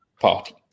party